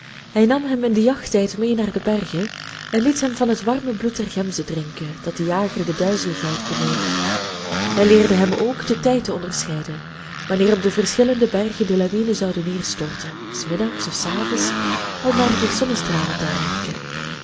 hij nam hem in den jachttijd mee naar de bergen en liet hem van het warme bloed der gemzen drinken dat den jager de duizeligheid beneemt hij leerde hem ook den tijd te onderscheiden wanneer op de verschillende bergen de lawinen zouden neerstorten s middags of s avonds al naardat de zonnestralen daar werken